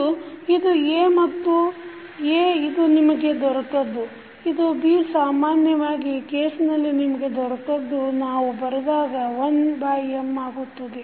ಮತ್ತು ಇದು A ಇದು ನಿಮಗೆ ದೊರೆತದ್ದು ಇದು B ಸಾಮಾನ್ಯವಾಗಿ ಈ ಕೇಸ್ನಲ್ಲಿ ನಿಮಗೆ ದೊರೆತದ್ದು ನಾವು ಬರೆದಾಗ 1M ಆಗುತ್ತದೆ